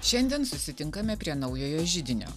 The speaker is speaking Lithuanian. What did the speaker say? šiandien susitinkame prie naujojo židinio